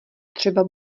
třeba